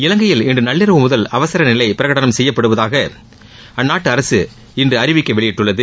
இலங்கையில் இன்று நள்ளிரவு முதல் அவசரநிலை பிரகடணம் செய்யப்பட்டுவதாக அந்நாட்டு அரசு இன்று அறிவிக்கை வெளியிட்டுள்ளது